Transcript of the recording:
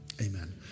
Amen